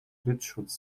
blitzschutz